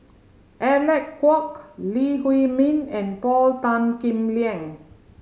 Alec Kuok Lee Huei Min and Paul Tan Kim Liang